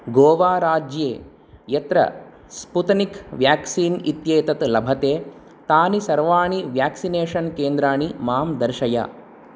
गोवाराज्ये यत्र Sputnik vaccine इत्येतत् लभते तानि सर्वाणि वेक्सिनेशन् केन्द्राणि मां दर्शय